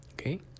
okay